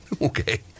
Okay